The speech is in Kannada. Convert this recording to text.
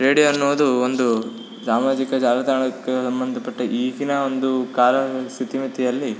ರೇಡಿಯೋ ಅನ್ನೋದು ಒಂದು ಸಾಮಾಜಿಕ ಜಾಲತಾಣಕ್ಕೆ ಸಂಬಂಧಪಟ್ಟ ಈಗಿನ ಒಂದು ಕಾಲ ಸ್ಥಿತಿಮಿತಿಯಲ್ಲಿ